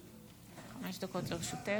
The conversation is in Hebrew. חמש דקות לרשותך.